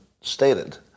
stated